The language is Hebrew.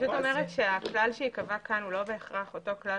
אומרת שהכלל שייקבע כאן הוא לא בהכרח אותו כלל